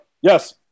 Yes